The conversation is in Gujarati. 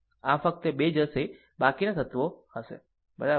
આમ ફક્ત આ 2 જશે બાકીના તત્વો હશે બરાબર